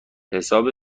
حساب